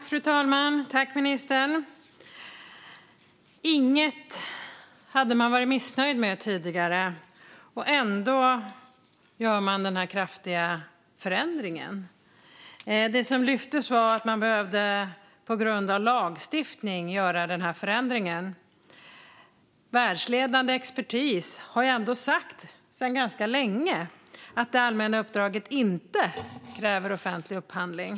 Fru talman! Inget hade man varit missnöjd med tidigare, och ändå gör man den här kraftiga förändringen. Det som lyftes var att man behövde göra den här förändringen på grund av lagstiftning. Världsledande expertis har ändå sagt sedan ganska länge att det allmänna uppdraget inte kräver offentlig upphandling.